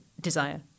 desire